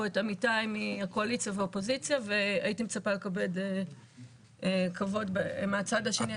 את עמיתיי מהקואליציה והאופוזיציה והייתי מצפה לקבל כבוד מהצד השני.